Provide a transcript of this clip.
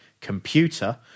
Computer